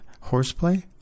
horseplay